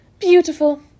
Beautiful